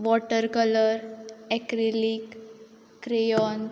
water color acrylic crayon